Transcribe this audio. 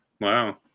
Wow